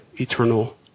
eternal